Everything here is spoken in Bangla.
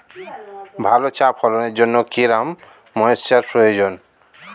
ভালো চা ফলনের জন্য কেরম ময়স্চার প্রয়োজন?